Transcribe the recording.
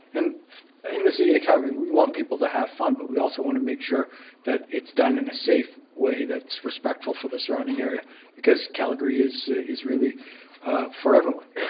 and in the city of calgary, we want people to have fun, but we also want to make sure that it's done in a safe way that's respectful for the surrounding area because calgary is is really for everyone.